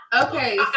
Okay